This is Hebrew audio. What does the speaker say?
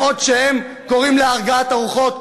בעוד שהם קוראים להרגעת הרוחות,